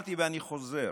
אמרתי ואני חוזר,